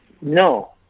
no